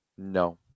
no